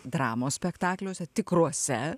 dramos spektakliuose tikruose